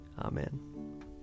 Amen